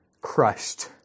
Crushed